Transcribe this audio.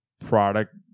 product